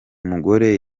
mugore